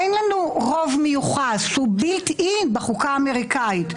אין לנו רוב מיוחס שהוא בילט-אין בחוקה האמריקאית.